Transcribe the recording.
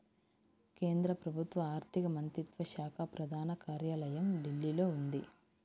కేంద్ర ప్రభుత్వ ఆర్ధిక మంత్రిత్వ శాఖ ప్రధాన కార్యాలయం ఢిల్లీలో ఉంది